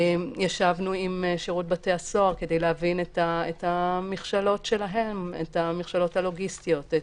ישבנו עם שירות בתי הסוהר כדי להבין את המכשלות הלוגיסטיות שלהם.